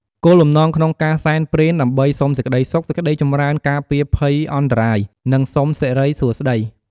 គោលបំណងក្នុងការសែនព្រេនដើម្បីសុំសេចក្តីសុខ សេចក្តីចម្រើន ការពារភ័យអន្តរាយ និងសុំសិរីសួស្តី។